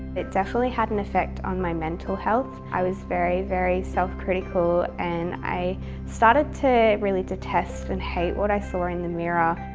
it definitely had an effect on my mental health. i was very, very self critical and i started to really detest and hate what i saw in the mirror.